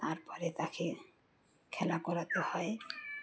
তারপরে তাকে খেলা করাতে হয়